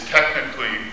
technically